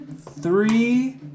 three